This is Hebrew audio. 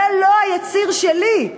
זה לא היציר שלי.